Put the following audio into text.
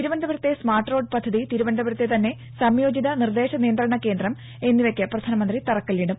തിരുവനന്തപുരത്തെ smart road പദ്ധതി തിരുവനന്തപുരത്തെ തന്നെ സംയോജിത നിർദേശ നിയന്ത്രണ കേന്ദ്രം എന്നിവയ്ക്ക് പ്രധാനമന്ത്രി തറക്കല്ലിടും